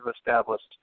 established